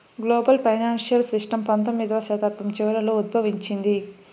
global financial system పంతొమ్మిదవ శతాబ్దం చివరలో ఉద్భవించింది